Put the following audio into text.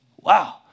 Wow